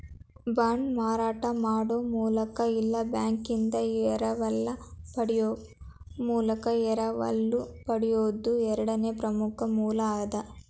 ಬಾಂಡ್ನ ಮಾರಾಟ ಮಾಡೊ ಮೂಲಕ ಇಲ್ಲಾ ಬ್ಯಾಂಕಿಂದಾ ಎರವಲ ಪಡೆಯೊ ಮೂಲಕ ಎರವಲು ಪಡೆಯೊದು ಎರಡನೇ ಪ್ರಮುಖ ಮೂಲ ಅದ